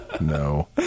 No